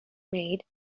made